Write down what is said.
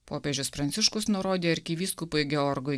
popiežius pranciškus nurodė arkivyskupui georgui